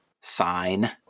sign